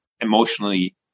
emotionally